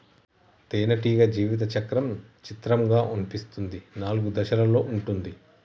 తేనెటీగ జీవిత చక్రం చిత్రంగా అనిపిస్తుంది నాలుగు దశలలో ఉంటుంది